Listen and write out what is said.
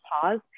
pause